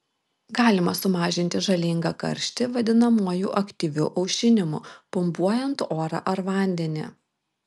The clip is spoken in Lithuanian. galima sumažinti žalingą karštį vadinamuoju aktyviu aušinimu pumpuojant orą ar vandenį